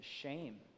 shame